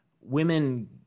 women